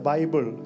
Bible